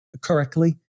correctly